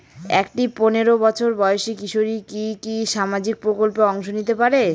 একটি পোনেরো বছর বয়সি কিশোরী কি কি সামাজিক প্রকল্পে অংশ নিতে পারে?